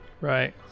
Right